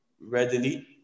readily